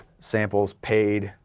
samples, paid,